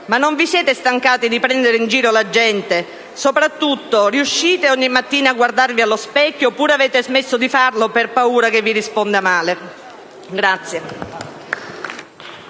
ma non vi siete stancati di prendere in giro la gente? Soprattutto, riuscite ogni mattina a guardarvi allo specchio, oppure avete smesso di farlo per paura che vi risponda male?